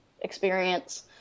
experience